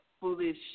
foolish